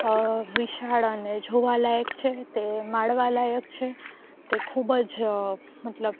વિશાળ અને જોવાલાયક છે તે માણવાલાયક છે તે ખૂબ જ મતલબ